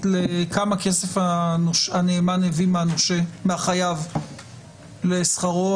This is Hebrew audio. לכמה כסף הנאמן הביא מהחייב לשכרו,